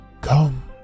Come